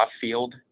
field